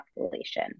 population